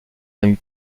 amis